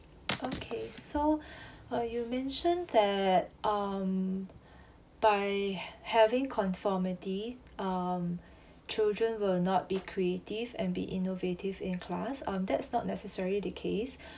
okay so uh you mentioned that um by having conformity um children will not be creative and be innovative in class um that's not necessarily the case